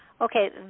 okay